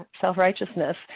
self-righteousness